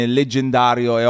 leggendario